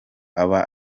aba